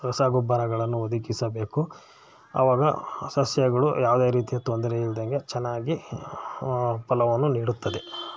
ರಸಗೊಬ್ಬರಗಳನ್ನು ಒದಗಿಸಬೇಕು ಆವಾಗ ಸಸ್ಯಗಳು ಯಾವುದೇ ರೀತಿಯ ತೊಂದರೆ ಇಲ್ದಂತೆ ಚೆನ್ನಾಗಿ ಫಲವನ್ನು ನೀಡುತ್ತದೆ